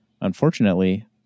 Unfortunately